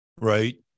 right